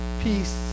Peace